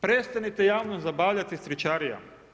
Prestanite javnost zabavljati s tričarijama.